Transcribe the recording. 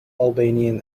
albanian